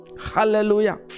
Hallelujah